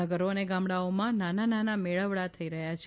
નગરો અને ગામડાઓમાં નાના નાના મેળાવડા થઈ રહ્યા છે